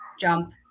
jump